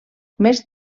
més